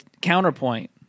counterpoint